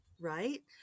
right